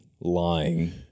lying